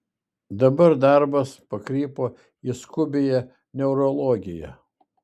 dabar darbas pakrypo į skubiąją neurologiją